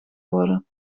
worden